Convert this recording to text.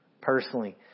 personally